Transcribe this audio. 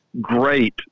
great